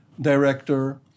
Director